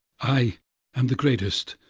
i am the greatest,